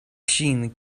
ŝin